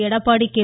Edappadi K